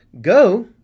go